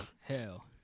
Hell